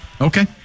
Okay